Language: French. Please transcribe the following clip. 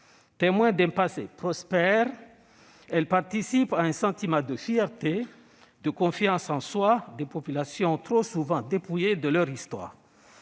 Témoins d'un passé prospère, elles participent à un sentiment de fierté, de confiance en soi de populations trop souvent dépouillées de leur histoire.